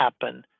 happen